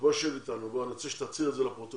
בוא שב איתנו, אני רוצה שתציג את זה לפרוטוקול.